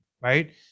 right